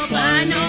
line